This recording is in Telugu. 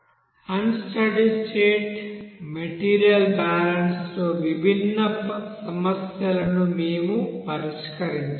అన్ స్టడీ స్టేట్ మెటీరియల్ బ్యాలెన్స్ లో విభిన్న సమస్యలను మేము పరిష్కరించాము